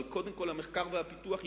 אבל קודם כול מרכזי המחקר והפיתוח,